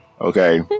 Okay